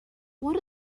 what